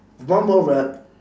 mumble rap